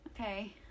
Okay